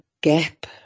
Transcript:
gap